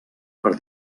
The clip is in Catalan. per